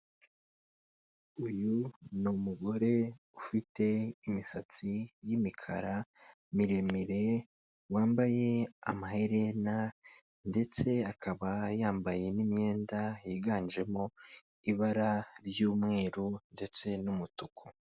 Umugore ufite imisatsi miremire y'umukara, ahagaze ari kureba muri kamera yamufotoye. Yambaye amaherena, ishati y'umweru ndetse n'ikoti ry'umutuku.